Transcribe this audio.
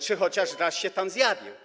czy chociaż raz się tam zjawił.